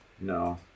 no